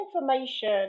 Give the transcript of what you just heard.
information